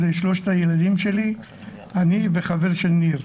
זה שלושת הילדים שלי, אני וחבר של ניר.